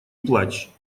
плачь